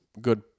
good